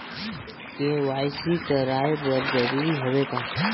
KYC कराय बर जरूरी हवे का?